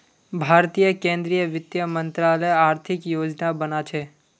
भारतीय केंद्रीय वित्त मंत्रालय आर्थिक योजना बना छे